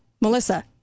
Melissa